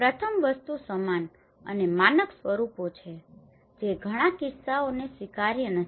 પ્રથમ વસ્તુ સમાન અને માનક સ્વરૂપો છે જે ઘણા કિસ્સાઓને સ્વીકાર્ય નથી